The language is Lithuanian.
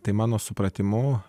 tai mano supratimu